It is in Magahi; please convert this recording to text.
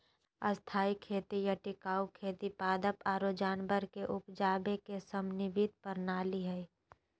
स्थायी खेती या टिकाऊ खेती पादप आरो जानवर के उपजावे के समन्वित प्रणाली हय